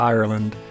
Ireland